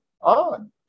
on